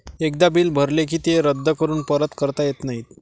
एकदा बिल भरले की ते रद्द करून परत करता येत नाही